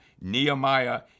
Nehemiah